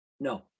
No